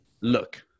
look